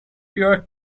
your